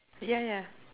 yeah yeah